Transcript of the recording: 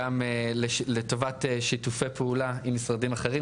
גם לטובת שיתופי פעולה עם משרדים אחרים,